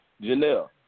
Janelle